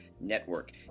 Network